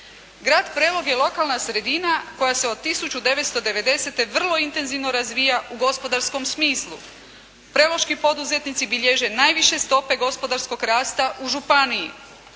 Grad Prelog je lokalna sredina koja se od 1990. vrlo intenzivno razvija u gospodarskom smislu. Preloški poduzetnici bilježe najviše stope gospodarskog rasta u županiji.